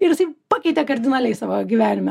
ir jisai pakeitė kardinaliai savo gyvenimą